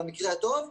במקרה הטוב,